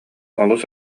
олус